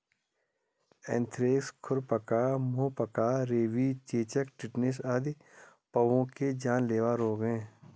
anthrax, खुरपका, मुहपका, rabies, चेचक, टेटनस आदि पहुओं के जानलेवा रोग हैं